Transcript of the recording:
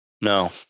No